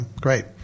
great